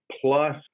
plus